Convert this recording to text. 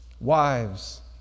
Wives